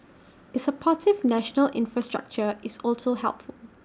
it's A supportive national infrastructure is also helpful